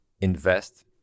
invest